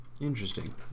Interesting